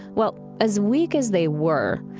well, as weak as they were,